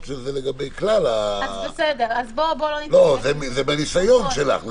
של זה לגבי כלל --- זה מהניסיון שלך.